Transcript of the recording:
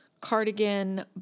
cardigan